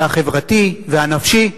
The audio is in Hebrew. החברתי והנפשי.